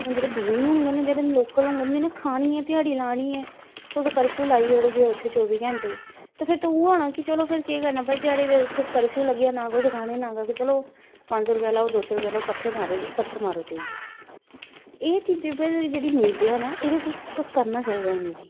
हून जेह्ड़े दूएं दे होङन जेह्ड़े लोकल होङन जि'नें खानी ऐ ध्याड़ी लानी ऐ ते तुस कर्फ्यू लाई ओड़गे उत्थें चौबी घैंटे ते फिर उ'ऐ होना कि चलो फिर केह् करना भई ध्याड़ी ते इत्थें कर्फ्यू लग्गी जाना ना कुछ खानै ई ना कक्ख ते चलो पंज सौ रपेआ लैओ दो सौ लेओ जाओ पत्थर मारो जाइयै एह् चीजें पर जेह्ड़ी मीडिया ऐ ना एह्दे पर फोकस करना चाहिदा इ'नें गी